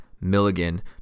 Milligan